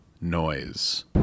noise